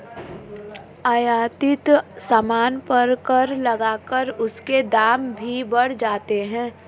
आयातित सामान पर कर लगाकर उसके दाम भी बढ़ जाते हैं